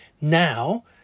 Now